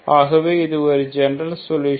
ஆகவே இது ஒரு ஜெனரல் சொல்யூஷன்